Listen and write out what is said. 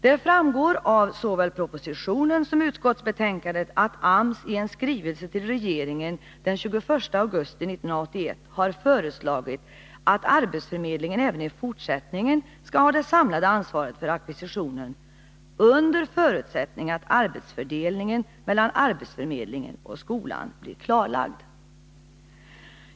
Det framgår av såväl propositionen som utskottsbetänkandet att AMS i en skrivelse till regeringen den 21 augusti 1981 har föreslagit, att arbetsförmed lingen även i fortsättningen skall ha det samlade ansvaret för ackvisitionen, äl under förutsättning att arbetsfördelningen mellan arbetsförmedlingen och skolan blir klarlagd.